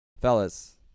fellas